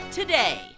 today